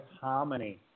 harmony